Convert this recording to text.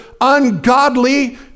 ungodly